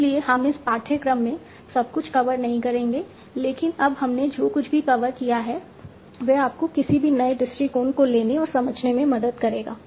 इसलिए हम इस पाठ्यक्रम में सब कुछ कवर नहीं करेंगे लेकिन अब हमने जो कुछ भी कवर किया है वह आपको किसी भी नए दृष्टिकोण को लेने और समझने में मदद करेगा